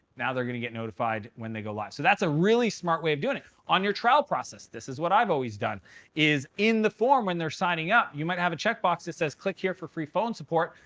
now they're going to get notified when they go live. so that's a really smart way of doing it. on your trial process this is what i've always done is in the form when they're signing up, you might have a checkbox this says click here for free phone support.